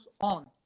on